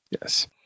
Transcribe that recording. Yes